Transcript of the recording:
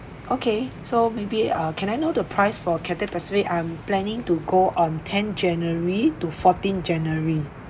okay so maybe uh can I know the price for Cathay Pacific I'm planning to go on tenth january to fourteenth january